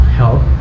help